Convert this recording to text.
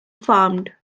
farmed